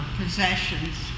possessions